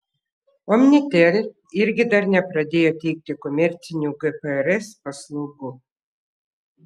omnitel irgi dar nepradėjo teikti komercinių gprs paslaugų